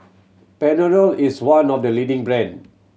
panadol is one of the leading brand